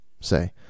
say